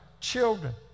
children